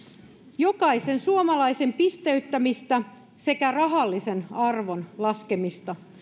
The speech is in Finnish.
jokaisen suomalaisen pisteyttämistä sekä rahallisen arvon laskemista